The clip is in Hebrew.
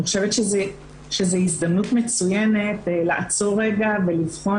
אני חושבת שזו הזדמנות מצוינת לעצור רגע ולבחון